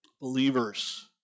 Believers